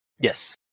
Yes